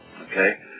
Okay